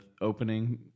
opening